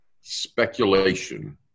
speculation